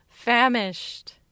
Famished